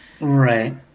Right